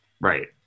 Right